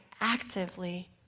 actively